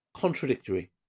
contradictory